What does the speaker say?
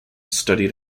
studied